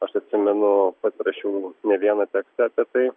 aš atsimenu pats rašiau ne vieną tekstą apie tai